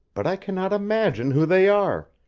but i cannot imagine who they are,